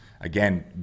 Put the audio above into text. again